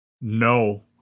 No